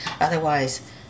Otherwise